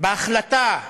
הרבה אומץ,) בהחלטה הנחושה,